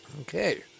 Okay